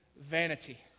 vanity